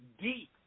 deep